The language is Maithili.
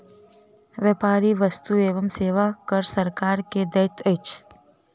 व्यापारी वस्तु एवं सेवा कर सरकार के दैत अछि